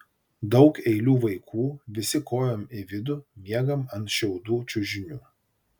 daug eilių vaikų visi kojom į vidų miegam ant šiaudų čiužinių